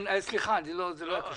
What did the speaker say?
סליחה, זה לא קשור.